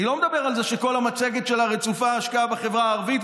ואני לא מדבר על זה שכל המצגת שלה רצופה השקעה בחברה הערבית,